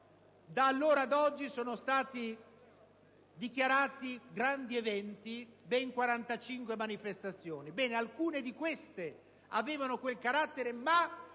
da allora ad oggi sono stati dichiarati grandi eventi ben 45 manifestazioni. Bene, alcune di queste avevano davvero quel carattere ma